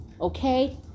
Okay